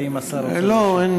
האם השר רוצה להשיב?